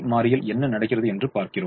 மாறியில் என்ன நடக்கிறது என்று பார்க்கிறோம்